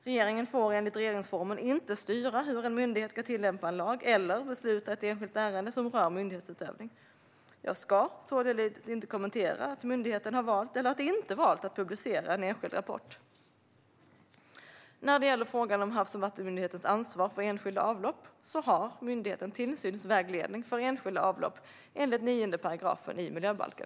Regeringen får enligt regeringsformen inte styra hur en myndighet ska tillämpa en lag eller besluta i ett enskilt ärende som rör myndighetsutövning. Jag ska således inte kommentera att myndigheten har valt att inte publicera den aktuella rapporten. När det gäller frågan om Havs och vattenmyndighetens ansvar för enskilda avlopp har myndigheten tillsynsvägledning för enskilda avlopp enligt 9 kap. miljöbalken.